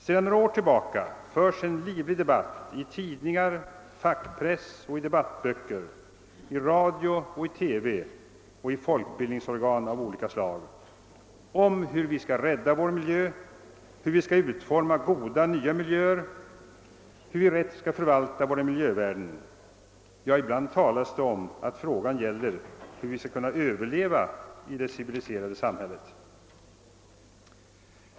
Sedan några år tillbaka förs en livlig debatt i tidningar, fackpress och debattböcker, i radio-TV och i folkbildningsorgan av olika slag om hur vi skall rädda vår miljö, hur vi skall utforma goda nya miljöer och hur vi rätt skall förvalta våra miljövärden. Ja, ibland talas det om att frågan gäller hur vi skall kunna överleva i det civiliserade samhället.